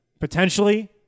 potentially